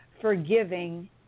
forgiving